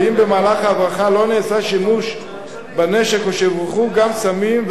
ואם במהלך ההברחה לא נעשה שימוש בנשק או שהוברחו גם סמים.